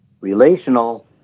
Relational